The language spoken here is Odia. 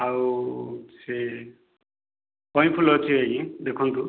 ଆଉ ସେ କଇଁଫୁଲ ଅଛି ଆଜ୍ଞା ଦେଖନ୍ତୁ